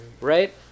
right